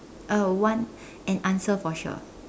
uh want an answer for sure